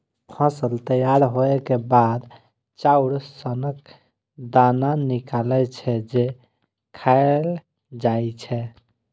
फसल तैयार होइ के बाद चाउर सनक दाना निकलै छै, जे खायल जाए छै